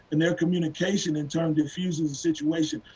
and their communication in turn defuses the situation.